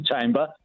chamber